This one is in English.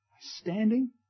standing